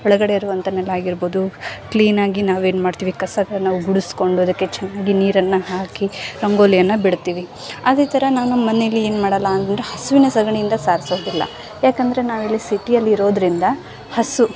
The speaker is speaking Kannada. ಒಳಗಡೆ ಇರುವಂಥ ನೆಲ ಆಗಿರ್ಬೋದು ಕ್ಲೀನಾಗಿ ನಾವೇನು ಮಾಡ್ತೀವಿ ಕಸ ನಾವು ಗುಡ್ಸ್ಕೊಂಡು ಅದಕ್ಕೆ ಚೆನ್ನಾಗಿ ನೀರನ್ನ ಹಾಕಿ ರಂಗೋಲಿಯನ್ನ ಬಿಡ್ತೀವಿ ಆದರೆ ಈ ಥರ ನಾವು ನಮ್ಮನೆಯಲ್ಲಿ ಏನು ಮಾಡಲ್ಲ ಅಂದರೆ ಹಸುವಿನ ಸೆಗಣಿಯಿಂದ ಸಾರ್ಸೋದಿಲ್ಲ ಯಾಕಂದರೆ ನಾವಿಲ್ಲಿ ಸಿಟಿಯಲ್ಲಿ ಇರೋದರಿಂದ ಹಸು